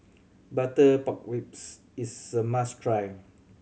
butter pork ribs is a must try